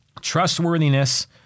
trustworthiness